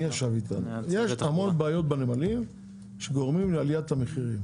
יש הרבה בעיות בנמלים שגורמים לעליית המחיר.